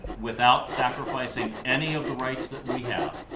without sacrificing any of the rights that we have,